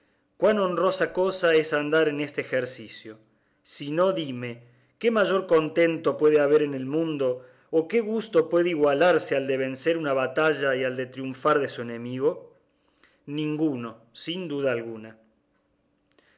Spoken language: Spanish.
cuán honrosa cosa es andar en este ejercicio si no dime qué mayor contento puede haber en el mundo o qué gusto puede igualarse al de vencer una batalla y al de triunfar de su enemigo ninguno sin duda alguna